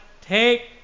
take